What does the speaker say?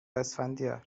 اسفندیار